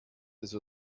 des